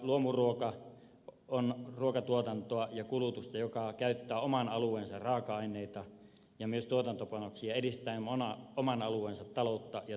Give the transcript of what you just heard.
lähiruoka on ruuantuotantoa ja kulutusta joka käyttää oman alueensa raaka aineita ja myös tuotantopanoksia edistäen oman alueensa taloutta ja työllisyyttä